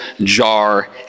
jar